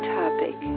topic